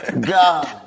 God